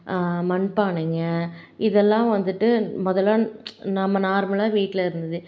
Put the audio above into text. மண்பானைங்கள் இதெல்லாம் வந்துட்டு முதல்ல நம்ம நார்மலாக வீட்டில இருந்தது